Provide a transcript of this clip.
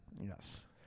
Yes